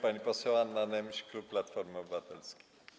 Pani poseł Anna Nemś, klub Platformy Obywatelskiej.